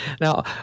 Now